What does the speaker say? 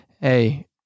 Hey